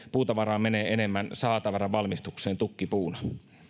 puutavaraa menee enemmän sahatavaran valmistukseen tukkipuuna